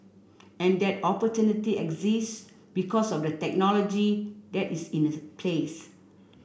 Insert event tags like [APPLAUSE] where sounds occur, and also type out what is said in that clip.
and that opportunity exists because of the technology that is in [UNINTELLIGIBLE] place